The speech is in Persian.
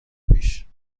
پیش